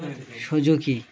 Suzuki